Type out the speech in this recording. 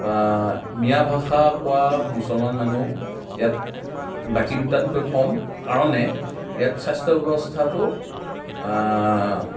বা মিয়া ভাষা কোৱা মুছলমান মানুহ ইয়াত বাকী দুটাতকৈ কম কাৰণে ইয়াত স্বাস্থ্য় ব্যৱস্থাটো